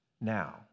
Now